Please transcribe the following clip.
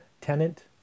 tenant